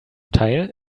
teil